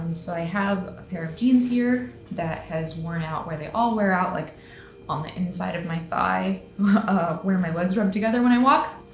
um so i have a pair of jeans here that has worn out where they all wear out, like on the inside of my thigh where my legs rub together when i walk,